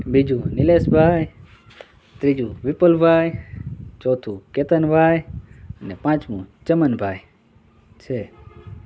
બીજું નિલેશભાઈ ત્રીજું વિપુલભાઈ ચોથું કેતનભાઈ ને પાંચમું ચમનભાઈ છે